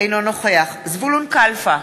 אינו נוכח זבולון כלפה,